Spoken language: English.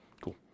Cool